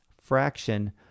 fraction